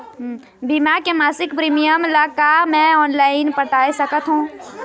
बीमा के मासिक प्रीमियम ला का मैं ऑनलाइन पटाए सकत हो?